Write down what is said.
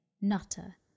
Nutter